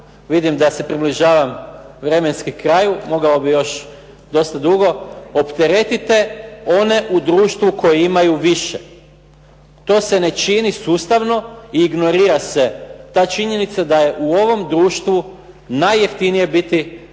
vidim da se približavam vremenski kraju, mogao bih još dosta dugo, opteretite one u društvu koji imaju više, to se ne čini sustavno i ignorira se ta činjenica da je u ovom društvu najjeftinije biti